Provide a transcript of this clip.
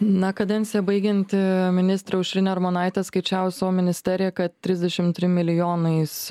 na kadenciją baigianti ministrė aušrinė armonaitė skaičiavo savo ministeriją kad trisdešimt trim milijonais